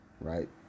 right